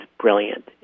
brilliant